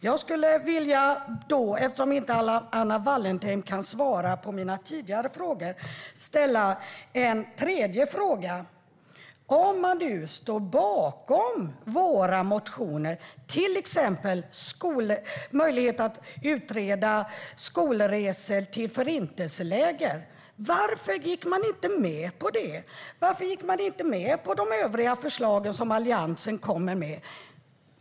Jag skulle - eftersom Anna Wallentheim inte kan svara på mina tidigare frågor - vilja ställa en tredje fråga. Om man nu står bakom våra motioner, till exempel möjligheten att utreda skolresor till förintelseläger, varför gick man inte med på det? Varför gick man inte med på de övriga förslag som Alliansen kom med?